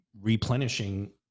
replenishing